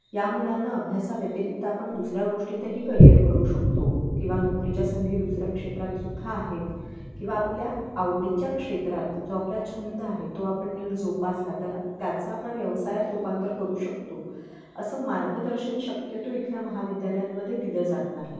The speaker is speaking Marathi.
या मुलांना अभ्यासाव्यतिरिक्त आपण दुसऱ्या गोष्टीतही करियर करू शकतो किंवा नोकरीच्या संधी दुसऱ्या क्षेत्रात सुद्धा आहेत किंवा आपल्या आवडीच्या क्षेत्रात जो आपला छंद आहे तो आपण नीट जोपासला तर त्याचं आपण व्यवसायात रूपांतर करू शकतो असं मार्गदर्शन शक्यतो इथल्या महाविद्यालयांमध्ये दिलं जात नाही